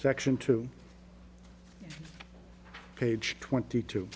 section two page twenty two